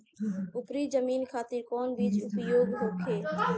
उपरी जमीन खातिर कौन बीज उपयोग होखे?